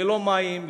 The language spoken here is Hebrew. ללא מים,